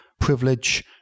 privilege